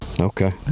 Okay